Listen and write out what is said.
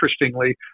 interestingly